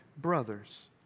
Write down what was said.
brothers